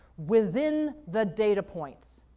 within the data points.